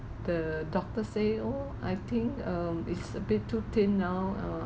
the doctor say oh I think um it's a bit too thin now err